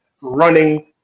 running